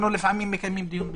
אנחנו לפעמים מקיימים דיון בזום.